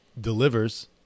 delivers